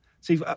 See